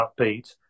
upbeat